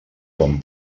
quan